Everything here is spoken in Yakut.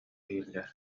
иһиллэр